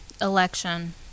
Election